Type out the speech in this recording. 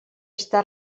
està